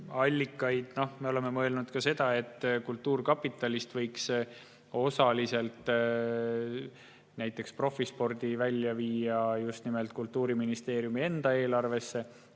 allikaid. Me oleme mõelnud sedagi, et kultuurkapitalist võiks osaliselt näiteks profispordi välja viia just nimelt Kultuuriministeeriumi enda eelarvesse,